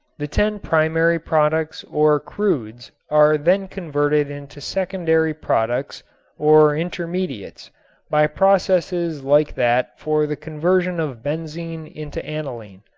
the ten primary products or crudes are then converted into secondary products or intermediates by processes like that for the conversion of benzene into aniline.